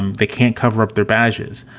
they can't cover up their badges.